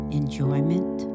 enjoyment